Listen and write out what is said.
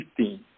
15